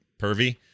pervy